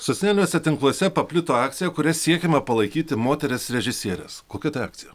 socialiniuose tinkluose paplito akcija kuria siekiama palaikyti moteris režisieres kokia ta akcija